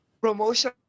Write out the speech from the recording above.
promotion